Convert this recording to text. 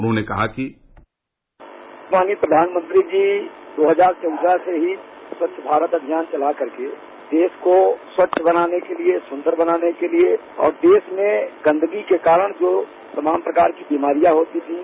उन्होंने कहा कि माननीय प्रघानमंत्री जी दो हजार चौदह से ही स्वच्छ भारत अभियान चलाकर देश को सुंदर बनाने के लिए स्वच्छ बनाने के लिए और देश में गदगी के कारण जो तमाम प्रकार की बीमारियां होती थीं